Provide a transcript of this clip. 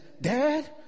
Dad